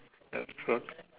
ya true